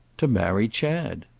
to marry chad.